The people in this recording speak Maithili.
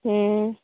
हूँ